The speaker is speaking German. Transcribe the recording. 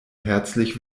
herzlich